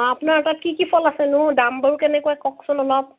অ' আপোনাৰ তাত কি কি ফল আছেনো দামবোৰ কেনেকুৱা কওকচোন অলপ